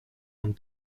and